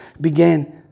began